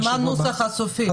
אבל מה הנוסח הסופי?